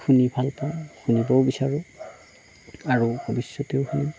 শুনি ভালপাওঁ শুনিবও বিচাৰোঁ আৰু ভৱিষ্যতেও শুনিম